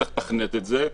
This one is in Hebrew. צריך לתכנת את זה.